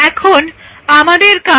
এখন আমাদের কাছে কোনো কন্ট্রোল নেই